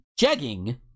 Jegging